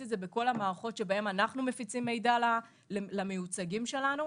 את זה בכל המערכות שבהן אנחנו מפיצים מידע למיוצגים שלנו.